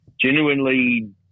genuinely